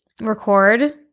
record